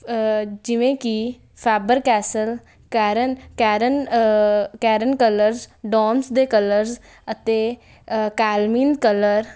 ਜਿਵੇਂ ਕਿ Faber Castell ਕਾਰਨ ਕੈਰਨ ਕੈਰਨ ਕਲਰਸ ਡੋਮਸ ਦੇ ਕਲਰਸ ਅਤੇ ਅਕੈਲਮਿਨ ਕਲਰ